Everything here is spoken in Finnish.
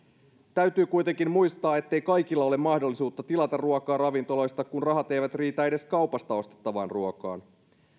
täytyy kuitenkin muistaa ettei kaikilla ole mahdollisuutta tilata ruokaa ravintoloista kun rahat eivät riitä edes kaupasta ostettavaan ruokaan